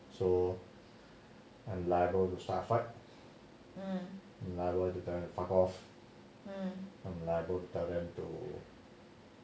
um um